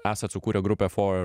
esat sukūrę grupę for